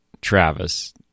Travis